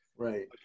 Right